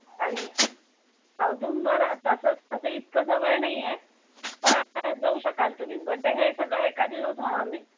आणि औंदुबर तसं तसं इतकं जवळ नाही आहे पण जाऊ शकाल तुम्ही बट हे सगळं एका दिवसात होणार नाही